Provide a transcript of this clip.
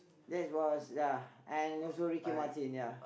this was ya and also Ricky-Martin ya